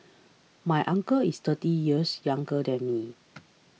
my uncle is thirty years younger than me